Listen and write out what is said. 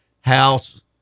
house